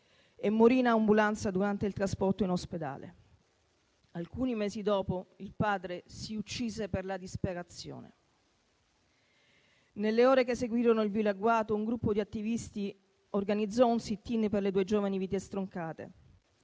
e morì in ambulanza durante il trasporto in ospedale. Alcuni mesi dopo il padre si uccise per la disperazione. Nelle ore che seguirono il vile agguato, un gruppo di attivisti organizzò un *sit-in* per le due giovani vite stroncate;